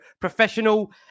professional